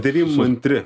devim antri